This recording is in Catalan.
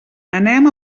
anem